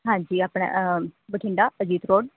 ਹਾਂਜੀ ਆਪਣਾ ਬਠਿੰਡਾ ਅਜੀਤ ਰੋਡ